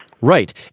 Right